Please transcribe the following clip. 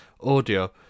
audio